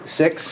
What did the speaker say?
six